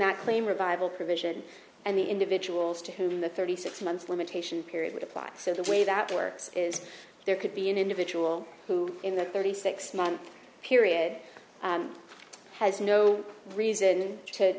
that claim revival provision and the individuals to whom the thirty six months limitation period would apply so the way that works is there could be an individual who in the thirty six month period has no reason to